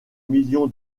million